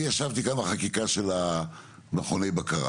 אני ישבתי כאן בחקיקה של מכוני הבקרה